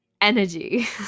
energy